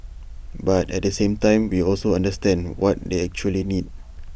but at the same time we also understand what they actually need